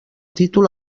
títol